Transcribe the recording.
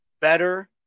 better